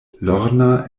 lorna